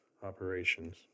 operations